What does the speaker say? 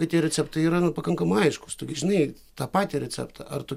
kad tie receptai yra na pakankamai aiškūs tu gi žinai tą patį receptą ar tu